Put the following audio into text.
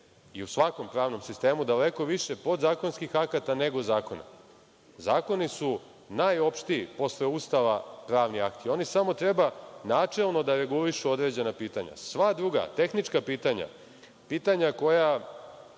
i svakom pravnom sistemu daleko više podzakonskih akata, nego zakona. Zakoni su najopštiji posle Ustava pravni akt i oni samo treba načelno da regulišu određena pitanja. Sva druga tehnička pitanja, pitanja koja